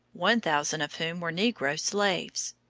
one thousand of whom were negro slaves.